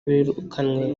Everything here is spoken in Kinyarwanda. birukanywe